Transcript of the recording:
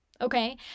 Okay